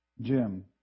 Jim